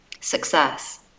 Success